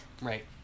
Right